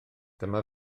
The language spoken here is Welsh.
dyma